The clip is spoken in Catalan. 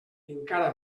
encara